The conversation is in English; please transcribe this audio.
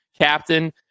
captain